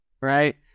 right